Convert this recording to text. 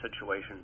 situation